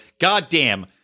goddamn